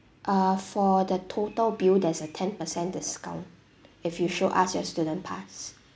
uh for the total bill there's a ten percent discount if you show us your student pass